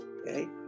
okay